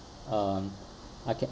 um I can